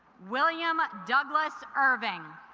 william douglas irving